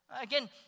Again